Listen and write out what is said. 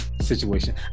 situation